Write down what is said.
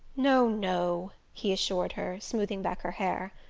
no, no, he assured her, smoothing back her hair.